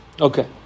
Okay